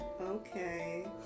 Okay